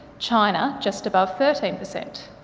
china, just above thirteen per cent.